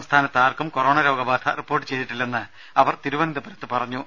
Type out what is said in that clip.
സംസ്ഥാനത്ത് ആർക്കും കൊറോണ രോഗബാധ റിപ്പോർട്ട് ചെയ്തിട്ടില്ലെന്ന് അവർ തിരുവ നന്തപുരത്ത് പറഞ്ഞു